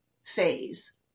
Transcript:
phase